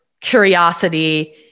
curiosity